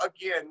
again